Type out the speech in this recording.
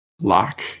lock